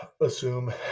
assume